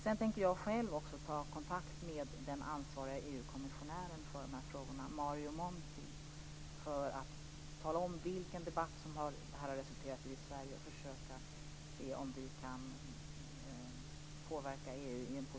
Sedan tänker jag själv också ta kontakt med den ansvariga EU-kommissionären för dessa frågor - Mario Monti - för att tala om vilken debatt detta har resulterat i i Sverige och försöka påverka EU i en positiv riktning framöver.